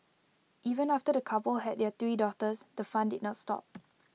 even after the couple had their three daughters the fun did not stop